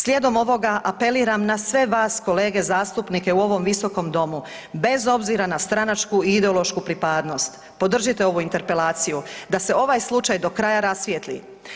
Slijedom ovoga apeliram na sve vas kolege zastupnike u ovom Visokom domu bez obzira na stranačku i ideološku pripadnost, podržite ovu interpelaciju da se ovaj slučaj do kraja rasvijetli.